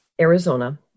Arizona